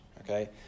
okay